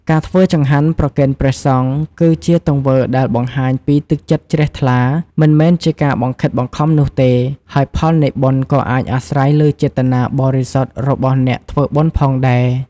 ការធ្វើចង្ហាន់ប្រគេនព្រះសង្ឃ គឺជាទង្វើដែលបង្ហាញពីទឹកចិត្តជ្រះថ្លា មិនមែនជាការបង្ខិតបង្ខំនោះទេ ហើយផលនៃបុណ្យក៏អាស្រ័យលើចេតនាបរិសុទ្ធរបស់អ្នកធ្វើបុណ្យផងដែរ។